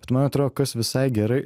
bet man atrodo kas visai gerai